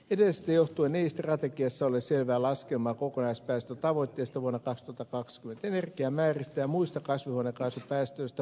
idästä johtuen ei strategiassa ole selvää laskelmaa kokonaispäästötavoitteesta vuonna taisto takacs voitti herkkiä määrittää muusta kai surakan sähköistystä